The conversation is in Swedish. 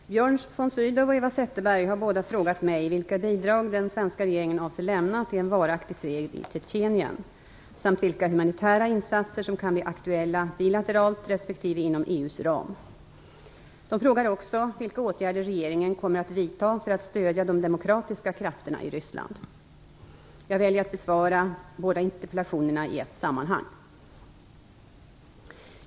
Herr talman! Björn von Sydow och Eva Zetterberg har båda frågat mig vilka bidrag den svenska regeringen avser lämna till en varaktig fred i Tjetjenien samt vilka humanitära insatser som kan bli aktuella bilateralt respektive inom EU:s ram. De frågar också vilka åtgärder regeringen kommer att vidta för att stödja de demokratiska krafterna i Ryssland. Jag väljer att besvara båda interpellationerna i ett sammanhang.